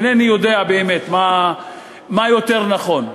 אינני יודע באמת מה יותר נכון.